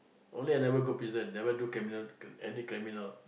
only I never go prison never do criminal any criminal